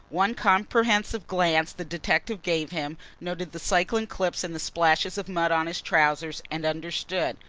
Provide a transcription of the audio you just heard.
one comprehensive glance the detective gave him, noted the cycling clips and the splashes of mud on his trousers, and understood.